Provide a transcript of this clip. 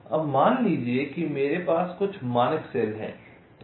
अब मान लीजिए कि मेरे पास कुछ मानक सेल हैं